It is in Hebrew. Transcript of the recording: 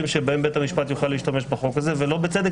שבהם בית המשפט יוכל להשתמש בחוק הזה ולא בצדק.